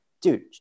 dude